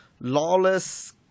lawless